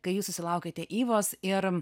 kai jūs susilaukėte ivos ir